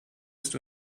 ist